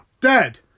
Dead